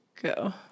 go